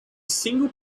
single